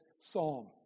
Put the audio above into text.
psalm